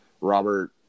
Robert